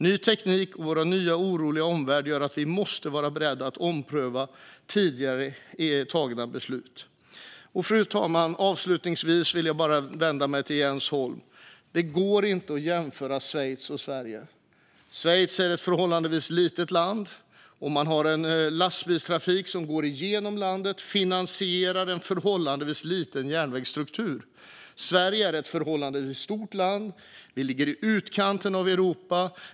Ny teknik och vår nya oroliga omvärld gör att vi måste vara beredda att ompröva tidigare tagna beslut. Fru talman! Avslutningsvis vill jag vända mig till Jens Holm. Det går inte att jämföra Schweiz och Sverige. Schweiz är ett förhållandevis litet land med en lastbilstrafik som går igenom landet, och man finansierar en förhållandevis liten järnvägsstruktur. Sverige är ett förhållandevis stort land. Vi ligger i utkanten av Europa.